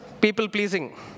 people-pleasing